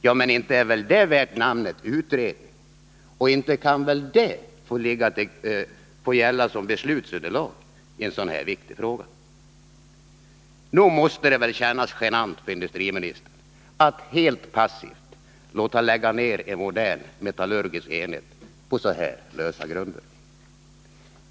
Ja, men inte är väl det värt namnet utredning, och inte kan väl detta få gälla som beslutsunderlag i en så här viktig fråga. Nog måste det väl kännas genant för industriministern att helt passivt låta lägga ner en modern metallurgisk enhet på så här lösa grunder.